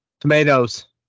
Tomatoes